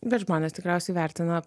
ir žmonės tikriausiai vertina